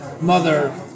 mother